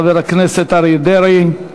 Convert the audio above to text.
חבר הכנסת אריה דרעי.